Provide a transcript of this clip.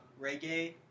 reggae